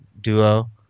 Duo